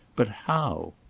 but how?